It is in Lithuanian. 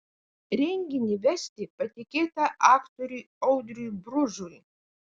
renginį vesti patikėta aktoriui audriui bružui